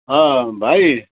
भाइ